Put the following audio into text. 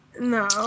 No